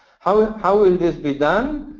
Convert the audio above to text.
how ah how will this be done?